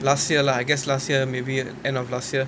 last year lah I guess last year maybe end of last year